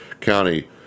County